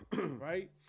right